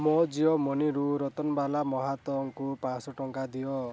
ମୋ ଜିଓ ମନିରୁ ରତ୍ନବାଳା ମହାତଙ୍କୁ ପାଞ୍ଚଶହ ଟଙ୍କା ଦିଅ